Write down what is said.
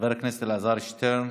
חבר הכנסת אלעזר שטרן,